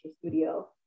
studio